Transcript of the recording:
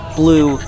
blue